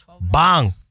Bang